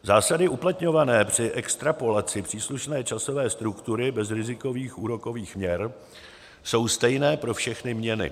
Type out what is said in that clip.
Zásady uplatňované při extrapolaci příslušné časové struktury bezrizikových úrokových měr jsou stejné pro všechny měny.